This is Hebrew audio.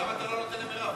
למה אתה לא נותן למרב?